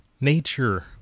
nature